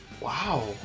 wow